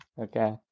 Okay